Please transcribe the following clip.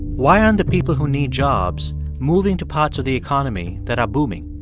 why aren't the people who need jobs moving to parts of the economy that are booming?